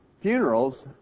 funerals